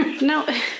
No